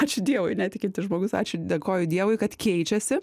ačiū dievui netikintis žmogus ačiū dėkoju dievui kad keičiasi